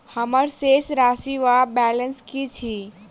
हम्मर शेष राशि वा बैलेंस की अछि?